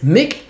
Mick